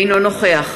אינו נוכח